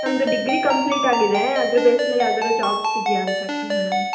ನಮ್ದು degree complete ಆಗಿದೆ ಅದ್ರ ಬೇಸ್ ಮೇಲೆ ಯಾವ್ದಾರು ಜಾಬ್ಸ್ ಇದೆಯಾ ಅಂತ ಕೇಳೋಣ ಅಂತ